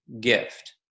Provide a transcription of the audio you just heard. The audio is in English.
gift